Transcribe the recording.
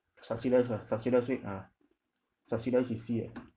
subsidise lah subsidise it ah subsidised C C ah